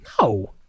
No